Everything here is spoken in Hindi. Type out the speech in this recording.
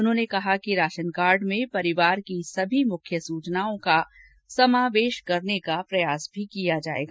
उन्होंने कहा कि राशन कार्ड में परिवार की सभी मुख्य सूचनाओं का समावेश करने का प्रयास भी किया जायेगा